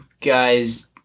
guys